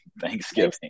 Thanksgiving